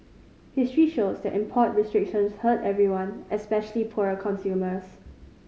history shows that import restrictions hurt everyone especially poorer consumers